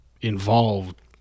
involved